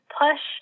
push